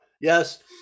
yes